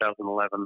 2011